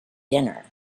dinner